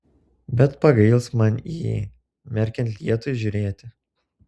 bet pagails man į jį merkiant lietui žiūrėti